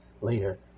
later